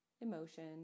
Emotion